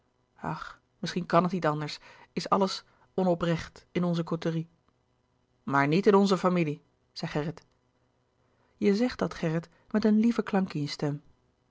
misschien kan het niet anders is alles onoprecht in onze côterie maar niet in onze familie zei gerrit je zegt dat gerrit met een lieven klank in je stem